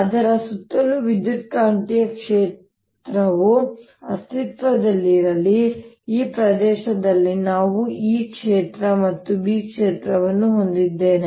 ಅದರ ಸುತ್ತಲೂ ವಿದ್ಯುತ್ಕಾಂತೀಯ ಕ್ಷೇತ್ರವು ಅಸ್ತಿತ್ವದಲ್ಲಿರಲಿ ಈ ಪ್ರದೇಶದಲ್ಲಿ ನಾವು E ಕ್ಷೇತ್ರ ಮತ್ತು B ಕ್ಷೇತ್ರವನ್ನು ಹೊಂದಿದ್ದೇವೆ